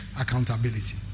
accountability